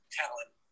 talent